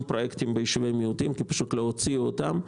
פרויקטים ביישובי מיעוטים כי לא הוציאו אותם.